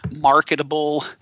marketable